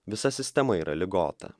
visa sistema yra ligota